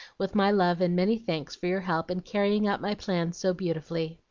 with my love and many thanks for your help in carrying out my plan so beautifully.